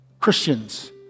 Christians